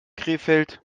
krefeld